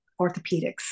orthopedics